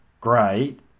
great